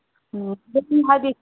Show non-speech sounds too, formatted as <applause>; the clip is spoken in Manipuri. ꯑꯣ <unintelligible> ꯍꯥꯏꯗꯤ